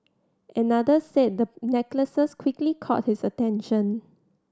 another said the necklaces quickly caught his attention